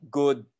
good